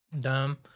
dumb